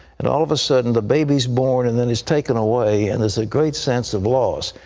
and all of a sudden the baby is born, and then it's taken away, and there's a great sense of loss.